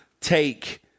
take